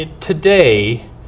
today